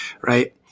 right